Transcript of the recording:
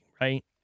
right